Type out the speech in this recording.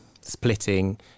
splitting